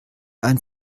ein